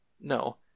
No